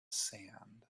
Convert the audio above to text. sand